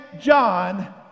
John